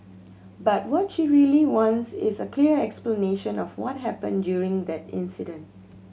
but what she really wants is a clear explanation of what happened during that incident